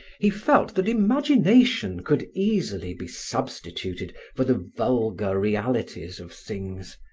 he felt that imagination could easily be substituted for the vulgar realities of things.